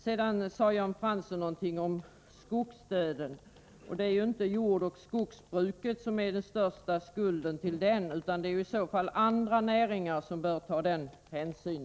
Jan Fransson sade någonting om skogsdöden. Det är inte jordoch skogsbruket som har den största skulden när det gäller denna. Därvidlag är det andra näringar som bör ta hänsyn.